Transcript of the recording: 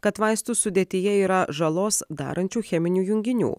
kad vaistų sudėtyje yra žalos darančių cheminių junginių